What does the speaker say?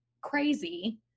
crazy